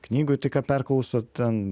knygoj tai ką perklauso ten